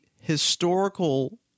historical